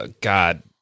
God